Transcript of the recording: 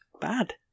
bad